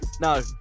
no